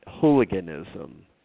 hooliganism